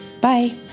Bye